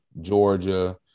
Georgia